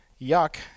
Yuck